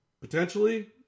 potentially